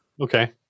Okay